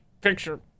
picture